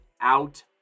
out